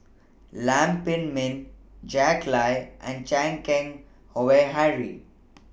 Lam Pin Min Jack Lai and Chan Keng Howe Harry